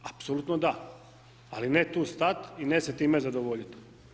Apsolutno da, ali ne tu stat i ne se time zadovoljiti.